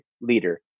leader